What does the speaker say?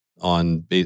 on